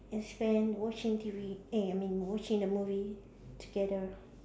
and spend watching T_V eh I mean watching the movie together